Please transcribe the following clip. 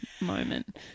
moment